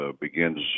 begins